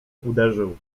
uderzył